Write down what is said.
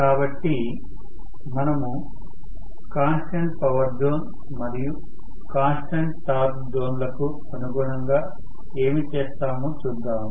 కాబట్టి మనము constant power zone మరియు కాన్స్టెంట్ టార్క్ జోన్లకు అనుగుణంగా ఏమి చేస్తామో చూద్దాము